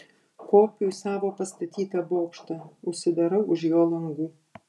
kopiu į savo pastatytą bokštą užsidarau už jo langų